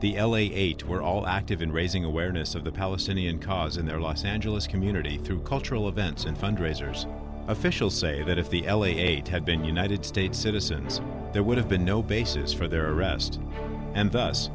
the l a eight were all active in raising awareness of the palestinian cause in their los angeles community through cultural events and fundraisers officials say that if the l a eight had been united states citizens there would have been no basis for their arrest and